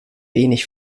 wenig